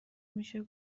میشه